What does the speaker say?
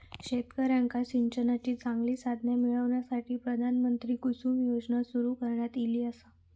शेतकऱ्यांका सिंचनाची चांगली साधना मिळण्यासाठी, प्रधानमंत्री कुसुम योजना सुरू करण्यात ईली आसा